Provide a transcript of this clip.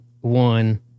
one